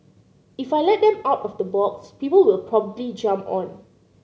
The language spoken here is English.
if I let them out of the box people will probably jump on